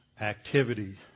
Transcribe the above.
activity